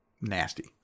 nasty